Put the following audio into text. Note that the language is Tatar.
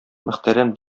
мөхтәрәм